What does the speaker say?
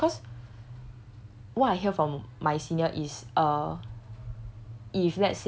I also not sure cause what I hear from my senior is err